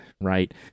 Right